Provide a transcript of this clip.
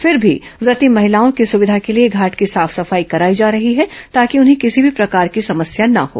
फिर भी ब्रती महिलाओं की सुविधा के लिए घाट की साफ सफाई कराई जा रही है ताकि उन्हें किसी भी प्रकार की समस्या न हों